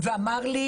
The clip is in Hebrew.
ואמר לי